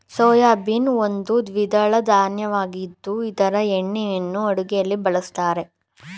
soybean ಒಂದು ದ್ವಿದಳ ಧಾನ್ಯವಾಗಿದ್ದು ಇದರ ಎಣ್ಣೆಯನ್ನು ಅಡುಗೆಯಲ್ಲಿ ಬಳ್ಸತ್ತರೆ